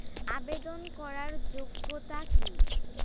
আবেদন করার যোগ্যতা কি?